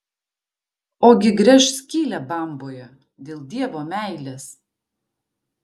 ogi gręš skylę bamboje dėl dievo meilės